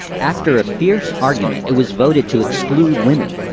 after a fierce argument, it was voted to exclude women,